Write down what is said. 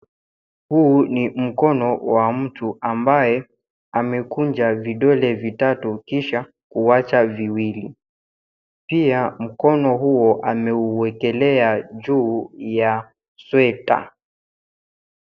Huu ni mkono wa mtu ambaye amekunja vidole vitatu kisha kuwacha viwili. Pia mkono huo ameuwekelea juu ya sweta.